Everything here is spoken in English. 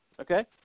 Okay